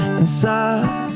inside